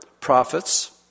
prophets